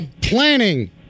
Planning